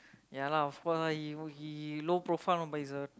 ya lah of course lah he he low profile no but he's a